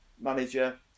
manager